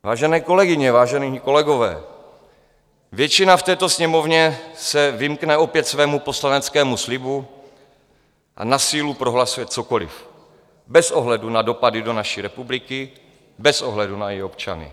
Vážené kolegyně, vážení kolegové, většina v této Sněmovně se vymkne opět svému poslaneckému slibu a na sílu prohlasuje cokoliv, bez ohledu na dopady do naší republiky, bez ohledu na její občany.